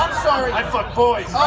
sorry. i fuck boys.